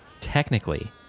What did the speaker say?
Technically